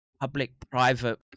public-private